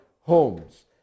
homes